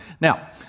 Now